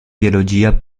biologia